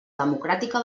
democràtica